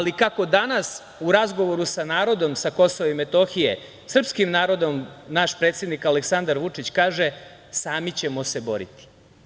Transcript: Kako danas u razgovoru sa narodom sa KiM, srpskim narodom, naš predsednik Aleksandar Vučić kaže - sami ćemo se boriti.